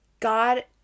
God